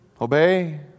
Obey